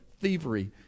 thievery